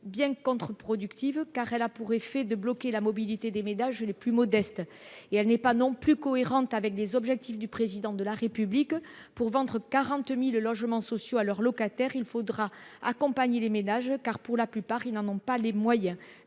bien contre-productive car elle a pour effet de bloquer la mobilité des ménages les plus modestes, et elle n'est pas non plus cohérente avec des objectifs du président de la République pour vendre 40000 logements sociaux à leurs locataires, il faudra accompagner les ménages car, pour la plupart, ils n'en ont pas les moyens,